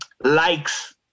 likes